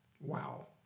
Wow